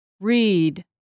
Read